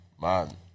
man